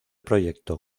proyecto